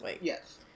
Yes